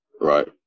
Right